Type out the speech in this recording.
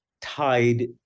tied